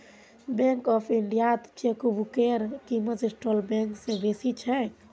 bank of इंडियात चेकबुकेर क़ीमत सेंट्रल बैंक स बेसी छेक